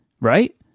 right